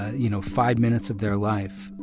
you know, five minutes of their life,